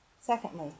Secondly